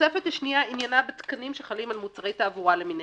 התוספת השנייה עניינה בתקנים שחלים על מוצרי תעבורה למיניהם.